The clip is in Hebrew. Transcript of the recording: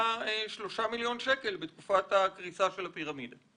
שלושה מיליון שקל בתקופת הקריסה של הפירמידה.